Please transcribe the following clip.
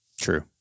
True